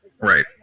Right